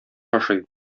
ашый